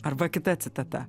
arba kita citata